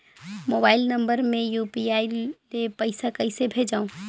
Mobile number मे UPI ले पइसा कइसे भेजवं?